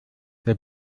der